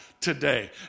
today